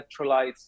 electrolytes